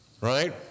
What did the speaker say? right